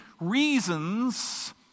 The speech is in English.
reasons